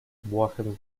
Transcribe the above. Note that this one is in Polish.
błahym